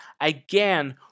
Again